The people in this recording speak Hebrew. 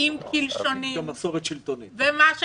יש גם מסורת שלטונית.